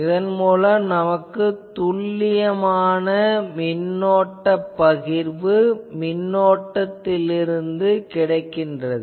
இதன் மூலம் நமக்கு துல்லியமான மின்னோட்ட பகிர்வு மின்னோட்டத்திலிருந்து கிடைக்கிறது